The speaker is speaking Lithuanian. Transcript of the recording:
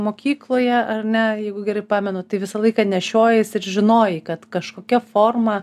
mokykloje ar ne jeigu gerai pamenu tai visą laiką nešiojiesi ir žinojai kad kažkokia forma